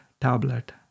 tablet